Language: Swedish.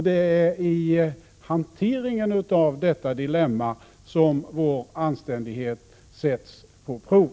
Det är i hanteringen av detta dilemma som vår anständighet sätts på prov.